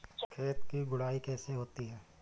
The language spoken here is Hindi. खेत की गुड़ाई कैसे होती हैं?